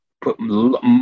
put